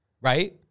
Right